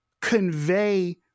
convey